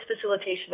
facilitation